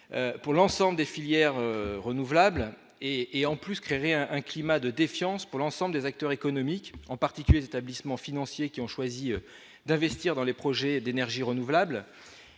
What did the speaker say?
pour l'ensemble des filières renouvelables et et en plus créer un un climat de défiance pour l'ensemble des acteurs économiques, en particulier d'établissements financiers qui ont choisi d'investir dans les projets d'énergie renouvelable,